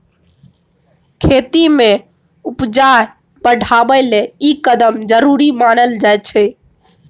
खेती में उपजा बढ़ाबइ लेल ई कदम जरूरी मानल जाइ छै